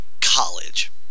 college